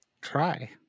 try